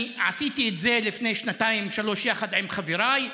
עשיתי את זה לפני שנתיים-שלוש יחד עם חבריי,